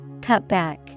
Cutback